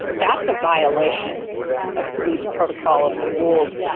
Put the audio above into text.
that's a violation of police protocol of the rules.